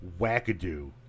wackadoo